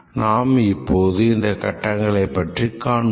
நாம் இப்போது இந்த கட்டங்களை பற்றி காண்போம்